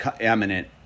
eminent